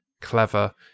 clever